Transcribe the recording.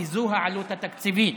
כי זו העלות התקציבית.